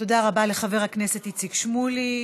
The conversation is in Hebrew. תודה רבה לחבר הכנסת איציק שמולי.